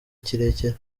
kirekire